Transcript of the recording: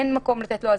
אין מקום לתת לו אזהרה.